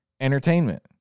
Entertainment